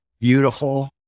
beautiful